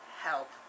Help